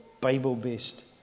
Bible-based